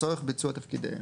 תפקידיהם,